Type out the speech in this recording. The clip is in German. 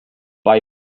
bei